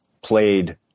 played